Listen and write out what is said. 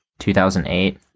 2008